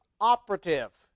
operative